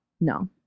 No